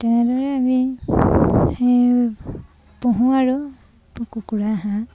তেনেদৰে আমি সেই পুহোঁ আৰু কুকুৰা হাঁহ